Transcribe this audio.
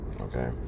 okay